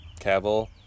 Cavill